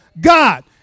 God